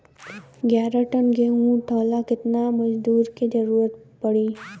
ग्यारह टन गेहूं उठावेला केतना मजदूर के जरुरत पूरी?